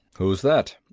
who's that?